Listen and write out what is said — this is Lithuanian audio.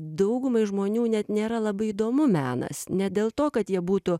daugumai žmonių net nėra labai įdomu menas ne dėl to kad jie būtų